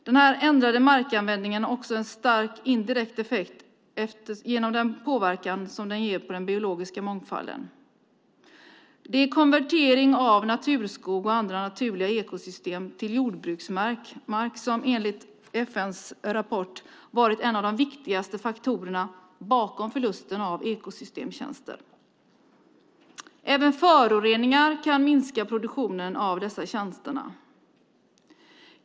Den ändrade markanvändningen har också en stark indirekt effekt genom den påverkan som den ger på den biologiska mångfalden. Det är konvertering av naturskog och andra naturliga ekosystem till jordbruksmark som enligt FN:s rapport har varit en av de viktigaste faktorerna bakom förlusten av ekosystemtjänster. Även föroreningar kan minska produktionen av dessa tjänster.